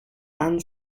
and